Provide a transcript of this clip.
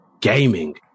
gaming